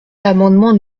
l’amendement